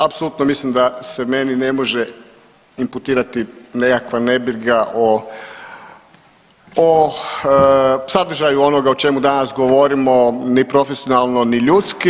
Apsolutno mislim da se meni ne može inputirati nekakva nebriga o sadržaju onoga o čemu danas govorimo ni profesionalno, ni ljudski.